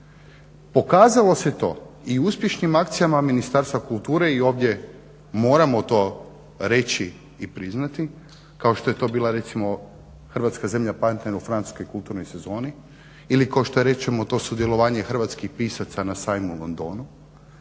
Pokazalo se to i u uspješnim akcijama Ministarstva kulture i ovdje moramo to reći i priznati, kao što je to bila recimo Hrvatska zemlja partner u francuskoj kulturnoj sezoni ili kao što je reći ćemo to sudjelovanje hrvatskih pisaca na sajmu u Londonu.